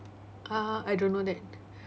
!huh! I don't know that